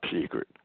secret